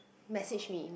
message me you